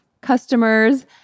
customers